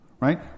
right